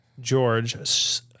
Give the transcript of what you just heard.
George